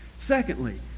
Secondly